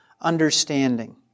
understanding